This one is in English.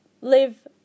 live